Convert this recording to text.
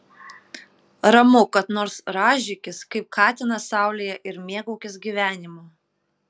ramu kad nors rąžykis kaip katinas saulėje ir mėgaukis gyvenimu